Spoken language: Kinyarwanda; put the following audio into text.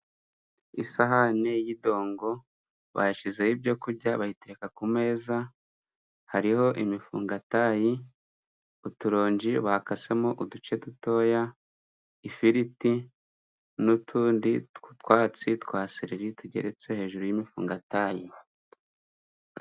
Isahani y'idongo bashyizeho ibyo kurya bayitereka ku meza, hariho imifungatayi, uturonji bakasemo uduce dutoya, ifiriti, n'utundi twatsi twa sereri tugeretse hejuru y'imifungatayi.